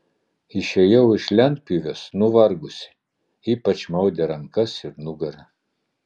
išėjau iš lentpjūvės nuvargusi ypač maudė rankas ir nugarą